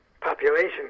population